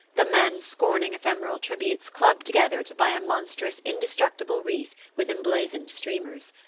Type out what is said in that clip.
the men scorning ephemeral tributes, club together to buy a monstrous indestructible wreath with emblazoned streamers.